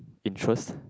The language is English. interest